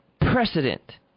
precedent